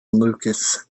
lucas